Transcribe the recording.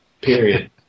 period